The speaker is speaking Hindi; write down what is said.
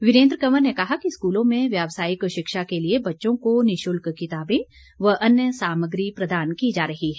वीरेन्द्र कंवर ने कहा कि स्कूलों में व्यवसायिक शिक्षा के लिए बच्चों को निशुल्क किताबें व अन्य सामग्री प्रदान की जा रही है